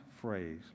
phrase